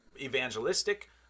evangelistic